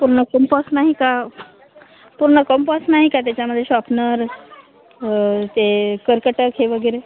पूर्ण कंपॉस नाही का पूर्ण कम्पॉस नाही का त्याच्यामध्ये शॉपनर ते कर्कटक हे वगैरे